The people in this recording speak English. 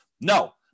no